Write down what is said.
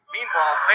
Meanwhile